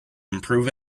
improve